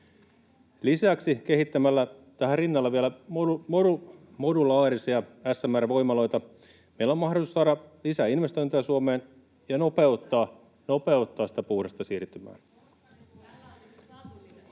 Lisäksi kehittämällä tähän rinnalle vielä modulaarisia SMR-voimaloita meillä on mahdollisuus saada lisää investointeja Suomeen ja nopeuttaa sitä puhdasta siirtymää.